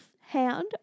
hand